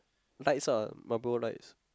lights ah Marlboro lights